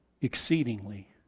Exceedingly